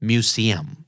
Museum